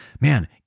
man